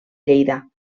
lleida